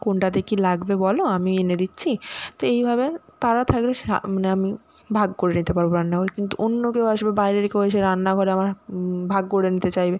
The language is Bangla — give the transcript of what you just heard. কোনটাতে কি লাগবে বলো আমি এনে দিচ্ছি তো এইভাবে তারা থাকলে মানে আমি ভাগ করে নিতে পারবো রান্নাঘর কিন্তু অন্য কেউ আসবে বাইরের কেউ এসে রান্নাঘরে আমার ভাগ করে নিতে চাইবে